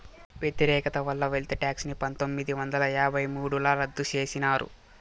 వ్యతిరేకత వల్ల wealth tax ని పందొమ్మిది వందల యాభై మూడుల రద్దు చేసినారు